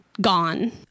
gone